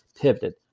pivoted